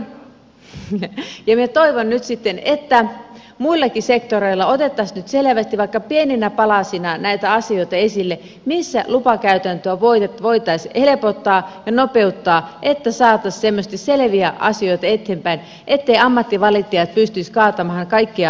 minä toivon nyt sitten että muillakin sektoreilla otettaisiin nyt selvästi vaikka pieninä palasina näitä asioita esille missä lupakäytäntöä voitaisiin helpottaa ja nopeuttaa että saataisiin semmoisia selviä asioita eteenpäin etteivät ammattivalittajat pystyisi kaatamaan kaikkia asioita